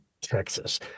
texas